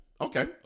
Okay